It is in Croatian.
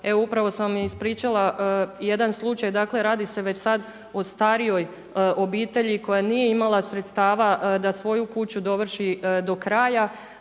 evo upravo sam vam ispričala jedan slučaj. Dakle, radi se već sad o starijoj obitelji koja nije imala sredstava da svoju kuću dovrši do kraja.